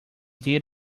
did